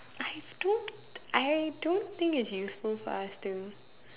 I don't I don't think it's useful for us to